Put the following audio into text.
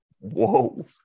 Whoa